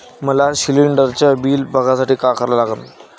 मले शिलिंडरचं बिल बघसाठी का करा लागन?